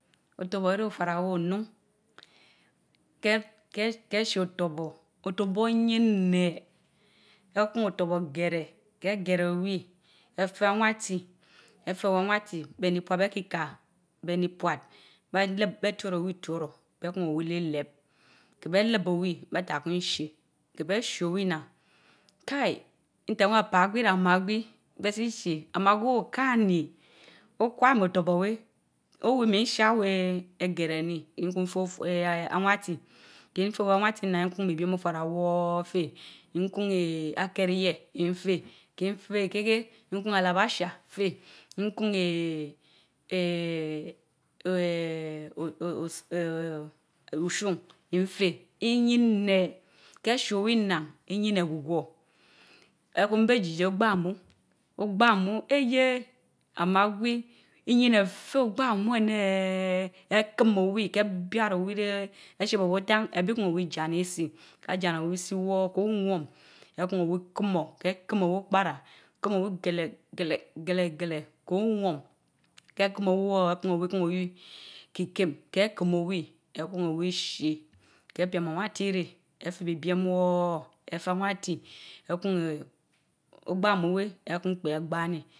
Otorbor oreh ofara wéh onun, neh keh shie otorbor, otorbor oyineh eeh kun otorbor gereh, egereh owi eeh feh anwati, eeh feh owi anwati, behni puad beh kikaa. behni puad beh leb, beh tioro wi tioro beh kun owi liilehb. Beh lehb owi, bétah kun owi shi keh beh shie owi nnan kaii! nten weh apaagwi amaagwi beh si shie, amaagwi weh okanii okwamii ótorbor weh. Oweh miin oshia weh eegereh nii nku feh anwati, kin teh anwati nnan, n feh bibiem otara woor kun feh, nkun eeeh akereyie feh, nfeh iri keh kikeh, nfeh alabasha feh, nhun eeeh eeeheeh oshun feh iyineh, keh sho wi nnah, nyieneh gwugwo ekun beh sie ogbaamu, ogbaamu eeyeh amaagwi iyieneh feh ogbaamu eneeh ekum owi keh bia ra owi reh echeb owi otaan ébi hun owi jana isi, ajana isi woor oworm ekun owi kumoh ke kum owi opara ekun owi kumoh gele gele ko warm ke kum owi woor ekun owi kii kiim, keh kiim owi ekun owi kin shit epiem awati ireh efeh ibiem woor afeh awati eekun eeeh ogbamu weh ekpi owi agbaani